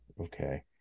Okay